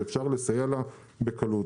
שאפשר לסייע לה בקלות.